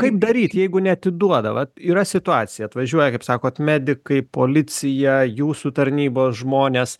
kaip daryt jeigu neatiduoda vat yra situacija atvažiuoja kaip sakot medikai policija jūsų tarnybos žmonės